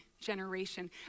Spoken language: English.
generation